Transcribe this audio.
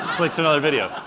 click to another video.